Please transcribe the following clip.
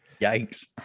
yikes